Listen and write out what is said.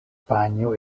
panjo